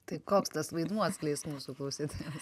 tai koks tas vaidmuo atskleisk mūsų klausytojams